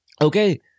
Okay